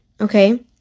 okay